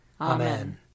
Amen